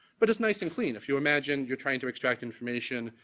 but it's nice and clean. if you imagine, you're trying to extract information,